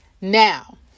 Now